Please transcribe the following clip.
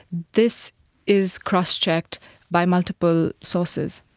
this is crosschecked by multiple sources.